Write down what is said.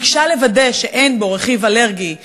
ביקשה לוודא שאין בו רכיב אלרגי,